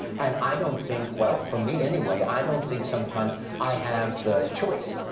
and i don't think, well, for me anyway, i don't think sometimes i have the choice.